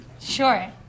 Sure